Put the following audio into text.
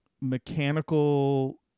mechanical